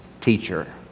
teacher